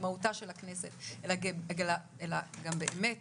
ומהותה של הכנסת, אלא גם באמת